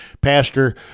Pastor